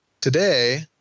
today